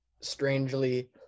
strangely